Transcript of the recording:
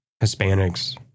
Hispanics